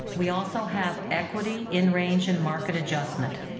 we also have equity in range and market adjustment.